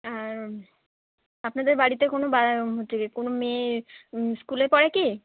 হ্যাঁ আপনাদের বাড়িতে কোনো বায়ে হচ্ছে গিয়ে কোনো মেয়ে স্কুলে পড়ে কি